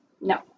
No